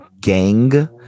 gang